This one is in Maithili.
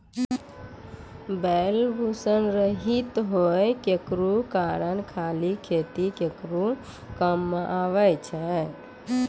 बैल वृषण रहित होय केरो कारण खाली खेतीये केरो काम मे आबै छै